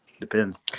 Depends